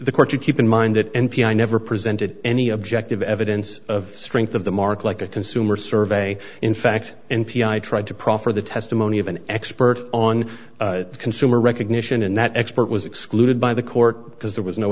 the court to keep in mind that n p r never presented any objective evidence of strength of the mark like a consumer survey in fact n p i tried to proffer the testimony of an expert on consumer recognition and that expert was excluded by the court because there was no